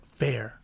fair